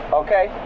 okay